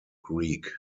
greek